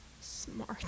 smart